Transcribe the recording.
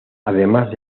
además